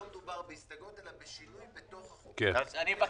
אני רק